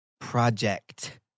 project